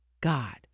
God